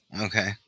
Okay